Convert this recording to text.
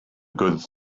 good